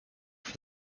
for